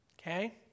okay